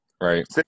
Right